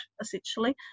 essentially